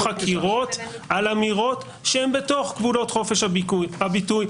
חקירות על אמירות שהם בתוך גבולות חופש הביטוי.